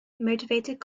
motivated